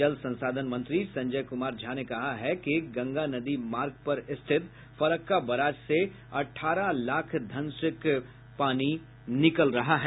जल संसाधन मंत्री संजय कुमार झा ने कहा है कि गंगा नदी माार्ग पर स्थित फरक्का बराज से अठारह लाख घनसेक पानी निकल रहा है